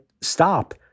stop